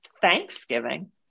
Thanksgiving